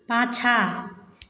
पाछाँ